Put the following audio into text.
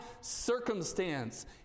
circumstance